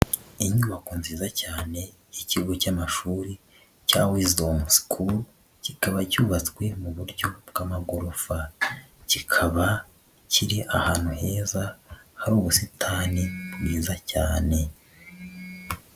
Inyubako nziza cyane y'ikigo cy'amashuri cya Wisdom School, kikaba cyubatswe mu buryo bw'amagorofa, kikaba kiri ahantu heza hari ubusitani bwiza cyane.